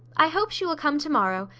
i hope she will come to-morrow,